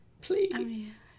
please